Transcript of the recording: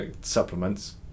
supplements